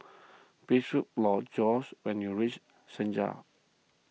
please look Jorge when you reach Senja